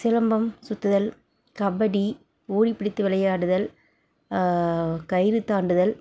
சிலம்பம் சுற்றுதல் கபடி ஓடி பிடித்து விளையாடுதல் கயிறு தாண்டுதல்